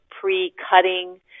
pre-cutting